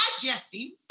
digesting